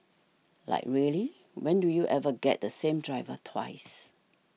like really when do you ever get the same driver twice